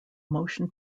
motion